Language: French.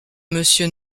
monsieur